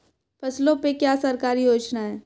फसलों पे क्या सरकारी योजना है?